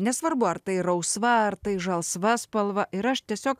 nesvarbu ar tai rausva ar tai žalsva spalva ir aš tiesiog